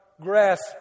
grasp